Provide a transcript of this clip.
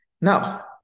Now